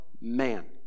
man